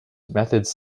methods